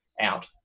out